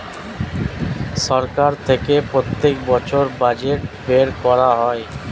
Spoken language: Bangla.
সরকার থেকে প্রত্যেক বছর বাজেট বের করা হয়